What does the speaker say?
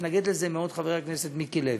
התנגד לזה מאוד חבר הכנסת מיקי לוי.